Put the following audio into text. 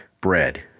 bread